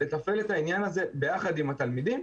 לתפעל את העניין הזה ביחד עם התלמידים,